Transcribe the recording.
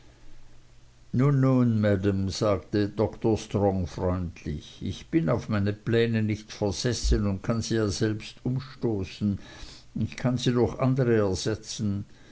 maam sagte dr strong freundlich ich bin auf meine pläne nicht versessen und kann sie ja selbst umstoßen ich kann sie durch andere ersetzen